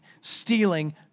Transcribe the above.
stealing